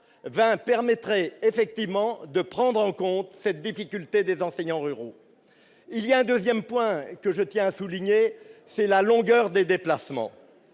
20 permettrait effectivement de prendre en compte cette difficulté des enseignants ruraux, il y a un 2ème point que je tiens à souligner, c'est la longueur des déplacements,